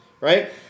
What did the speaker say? Right